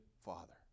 Father